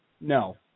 No